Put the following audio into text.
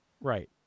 Right